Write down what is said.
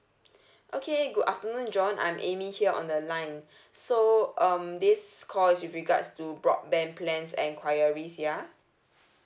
okay good afternoon john I'm amy here on the line so um this call is regards to broadband plans enquiries ya